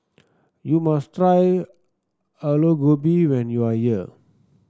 you must try Aloo Gobi when you are here